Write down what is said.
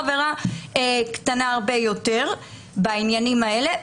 עבירה קטנה הרבה יותר בעניינים האלה.